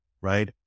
right